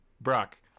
Brock